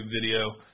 video